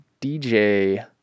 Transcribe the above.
DJ